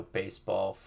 baseball